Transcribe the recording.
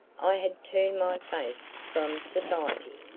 i had turned my face from society,